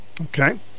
Okay